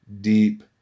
deep